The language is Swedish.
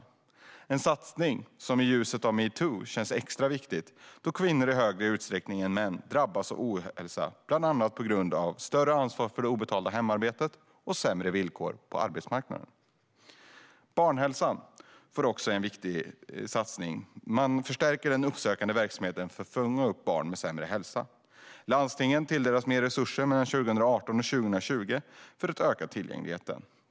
Det är en satsning som i ljuset av metoo känns extra viktig eftersom kvinnor i högre utsträckning än män drabbas av ohälsa bland annat på grund av större ansvar för det obetalda hemarbetet och sämre villkor på arbetsmarknaden. Barnhälsan får också en viktig satsning. Den uppsökande verksamheten för att fånga upp barn med sämre hälsa förstärks. Landstingen tilldelas mer resurser mellan 2018 och 2020 för att öka tillgängligheten.